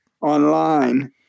online